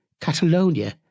Catalonia